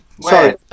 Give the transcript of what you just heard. Sorry